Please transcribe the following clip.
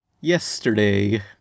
yesterday